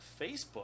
Facebook